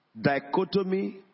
dichotomy